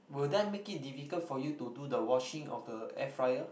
will that make it difficult for you to do the washing of the air fryer